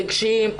רגשיים,